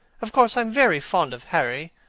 of course, i am very fond of harry.